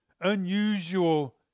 unusual